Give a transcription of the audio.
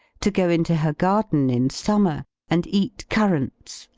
to go into her garden in summer, and eat currants,